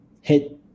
hit